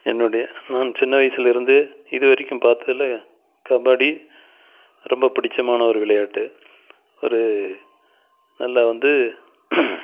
என்னுடைய நான் சின்னவயசுலேருந்து இதுவரைக்கும் பார்த்ததுல கபடி ரொம்ப பிடிச்சமான ஒரு விளையாட்டு ஒரு நல்லா வந்து